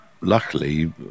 luckily